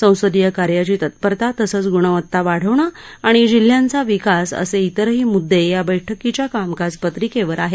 संसदीय कार्याची तत्परता तसंच गुणवत्ता वाढवणं आणि जिल्ह्यांचा विकास असे त्रिरही मुद्दे या बैठकीच्या कामकाज पत्रिकेवर आहेत